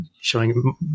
showing